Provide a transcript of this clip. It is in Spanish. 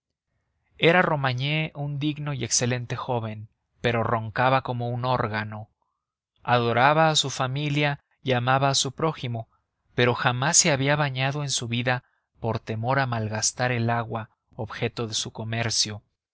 era romagné un digno y excelente joven pero roncaba como un órgano adoraba a su familia y amaba a su prójimo pero jamás se había bañado en su vida por temor de malgastar el agua objeto de su comercio